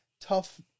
tough